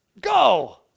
go